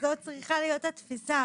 וזאת צריכה להיות התפיסה